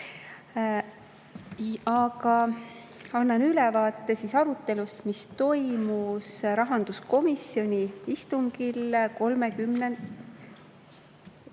aga annan ülevaate arutelust, mis toimus rahanduskomisjoni istungil 30.